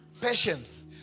patience